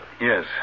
Yes